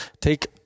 take